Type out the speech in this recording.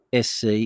SC